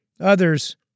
Others